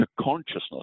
consciousness